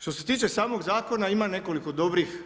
Što se tiče samog zakona ima nekoliko dobrih